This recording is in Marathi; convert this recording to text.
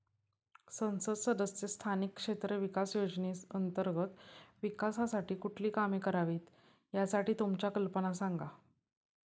संसद सदस्य स्थानिक क्षेत्र विकास योजने अंतर्गत विकासासाठी कुठली कामे करावीत, यासाठी तुमच्या कल्पना सांगा